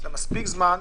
זה מספיק זמן.